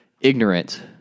ignorant